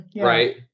right